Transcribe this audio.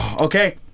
okay